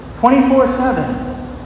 24-7